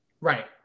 Right